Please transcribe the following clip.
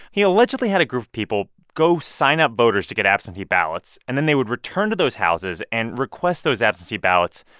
he allegedly had a group of people go sign up voters to get absentee ballots. and then they would return to those houses and request those absentee ballots.